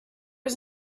was